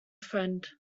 friend